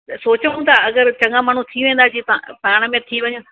त सोचूं था अगरि चङा माण्हू थी वेंदा जी पा पाण में थी वञूं